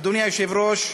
אדוני היושב-ראש,